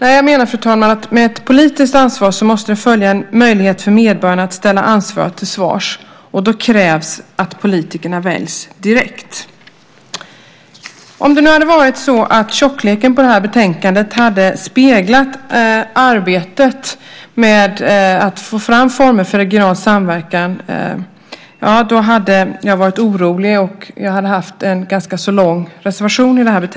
Jag menar, fru talman, att med ett politiskt ansvar måste det följa en möjlighet för medborgarna att ställa ansvariga till svars. Då krävs att politikerna väljs direkt. Om tjockleken på det här betänkandet hade speglat arbetet med att få fram former för regional samverkan hade jag varit orolig och haft en ganska så lång reservation.